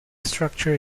structure